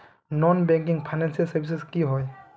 Non banking financial services की होय?